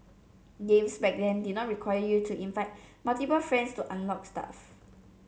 games back then did not require you to invite multiple friends to unlock stuff